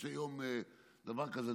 יש היום דבר כזה,